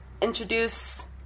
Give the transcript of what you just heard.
introduce